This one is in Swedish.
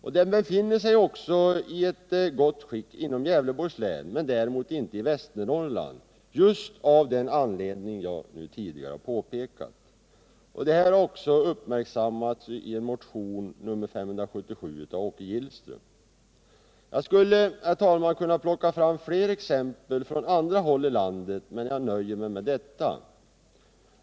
Den vägen befinner sig i gott skick inom Gävleborgs län men däremot inte i Västernorrland just av den anledning som jag har redogjort för. Detta har uppmärksammats i motionen 577 av Åke Gillström. Jag skulle kunna plocka fram fler exempel från andra håll i landet, men jag nöjer mig med detta.